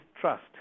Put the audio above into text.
trust